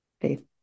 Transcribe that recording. Faith